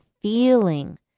feeling